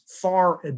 far